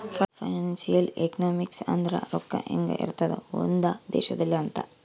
financial economics ಅಂದ್ರ ರೊಕ್ಕ ಹೆಂಗ ಇರ್ತದ ಒಂದ್ ದೇಶದಲ್ಲಿ ಅಂತ